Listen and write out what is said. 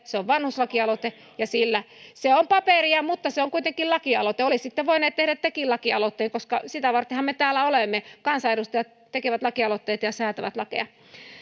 se on vanhuslakialoite ja sillä se on paperia mutta se on kuitenkin lakialoite olisitte voineet tehdä tekin lakialoitteen koska sitä vartenhan me täällä olemme kansanedustajat tekevät lakialoitteet ja säätävät lakeja